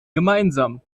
gemeinsam